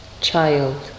child